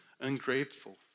ungrateful